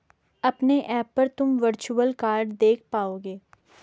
अपने ऐप पर तुम वर्चुअल कार्ड देख पाओगे